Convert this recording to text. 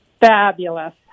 fabulous